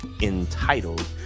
entitled